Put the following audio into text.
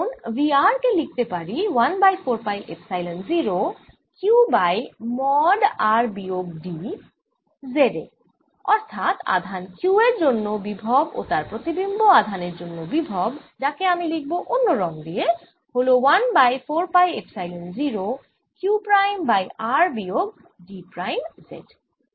তখন V r কে লিখতে পারি 1 by 4 pi epsilon 0 q by mod r বিয়োগ d Z এ অর্থাৎ আধান q এর জন্য বিভব ও তার প্রতিবিম্ব আধান এর জন্য বিভব যাকে আমি লিখব অন্য রঙ দিয়ে হল 1 by 4 pi epsilon 0 q prime by r বিয়োগ d প্রাইম Z